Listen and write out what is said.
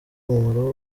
umumaro